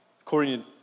According